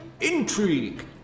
intrigue